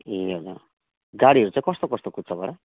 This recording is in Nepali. ए हो र गाडीहरू चाहिँ कस्तो कस्तो कुद्छ बडा